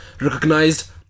recognized